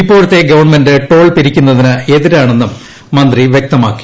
ഇപ്പോഴത്തെ government toll പിരിക്കുന്നതിന് എതിരാണെന്നും മന്ത്രി വൃക്തമാക്കി